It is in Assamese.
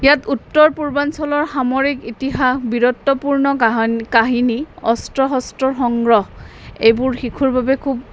ইয়াত উত্তৰ পূৰ্বাঞ্চলৰ সামৰিক ইতিহাস বীৰত্বপূৰ্ণ কাহিনী অস্ত্ৰ শস্ত্ৰৰ সংগ্ৰহ এইবোৰ শিশুৰ বাবে খুব